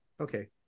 okay